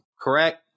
correct